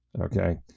okay